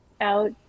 out